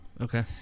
Okay